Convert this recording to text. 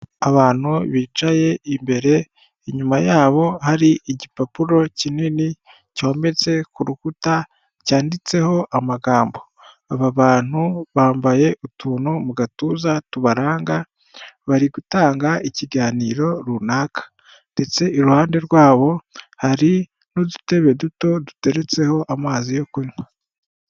Abantu bicaye imbere inyuma yabo hari igipapuro kinini cyometse ku rukuta cyanditseho amagambo, aba bantu bambaye utuntu mu gatuza tubaranga bari gutanga ikiganiro runaka ndetse iruhande rwabo hari n'udutebe duto duteretseho amazi yo kunywa.